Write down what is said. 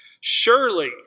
surely